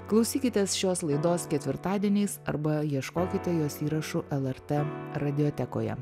klausykitės šios laidos ketvirtadieniais arba ieškokite jos įrašų lrt radijotekoje